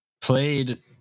Played